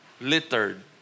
littered